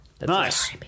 Nice